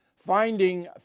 Finding